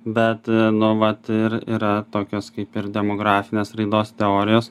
bet nu vat ir yra tokios kaip ir demografinės raidos teorijos